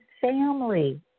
family